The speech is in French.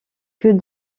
que